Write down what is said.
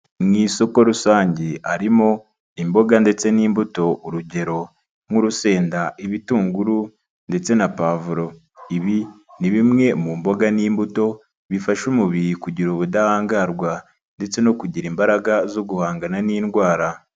Mu isoko rusange harimo imboga ndetse n'imbuto, urugero nk'urusenda ibitunguru ndetse na pavuro. Ibi ni bimwe mu mboga n'imbuto bifasha umubiri kugira ubudahangarwa ndetse no kugira imbaraga zo guhangana n'indwara.